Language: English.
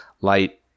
light